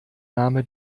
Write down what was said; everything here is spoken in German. name